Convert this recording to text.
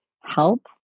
help